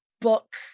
book